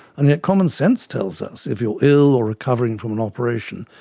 and yet common-sense tells us if you are ill or recovering from an operation,